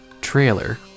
trailer